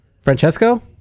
Francesco